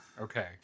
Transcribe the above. okay